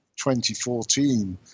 2014